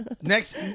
Next